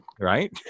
right